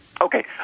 Okay